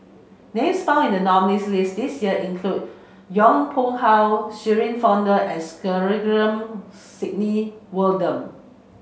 names found in the nominees' list this year include Yong Pung How Shirin Fozdar and Sandrasegaran Sidney Wooden